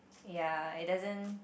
ya it doesn't